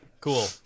Cool